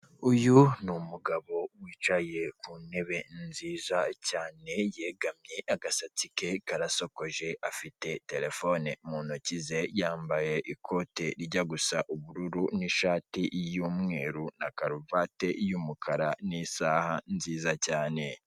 Uyu ni umugabo wicaye ku ntebe nziza cyane yegamye agasatsi ke karasokoje afite terefone mu ntoki ze, yambaye ikote rijya gusa ubururu n'ishati y'umweru na karuvati y'umukara n'isaha nziza cyane.